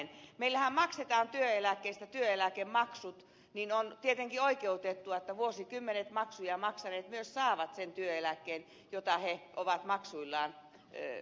kun meillähän maksetaan työeläkkeestä työeläkemaksut niin on tietenkin oikeutettua että vuosikymmenet maksuja maksaneet myös saavat sen työeläkkeen jota he ovat maksuillaan taanneet